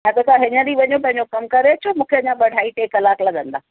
हा त तव्हां हींअर ई वञो पंहिंजो कमु करे अचो मूंखे अञा ॿ ढाई टे कलाकु लॻंदा